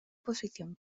posición